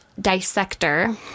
dissector